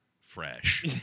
fresh